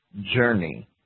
journey